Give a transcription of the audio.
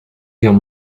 guerre